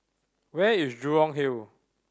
where is Jurong Hill